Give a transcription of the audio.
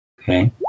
Okay